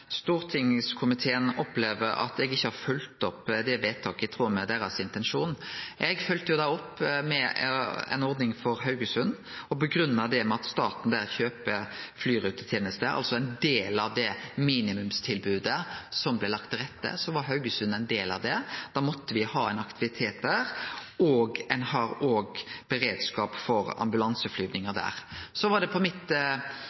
stortingskomiteen opplever at eg ikkje har følgt opp det vedtaket i tråd med intensjonen deira. Eg følgde opp med ei ordning for Haugesund og grunngav det med at staten der kjøper flyrutetenester, altså ein del av det minimumstilbodet som det er lagt til rette for. Haugesund var ein del av det. Da måtte me ha ein aktivitet der, og ein har også beredskap for